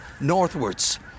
northwards